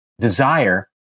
desire